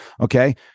Okay